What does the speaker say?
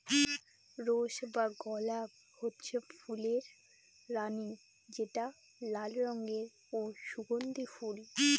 rose বা গলাপ হচ্ছে ফুলের রানী যেটা লাল রঙের ও সুগন্ধি ফুল